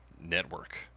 network